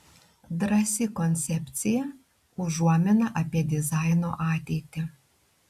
drąsi koncepcija užuomina apie dizaino ateitį